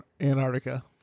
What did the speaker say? Antarctica